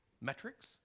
metrics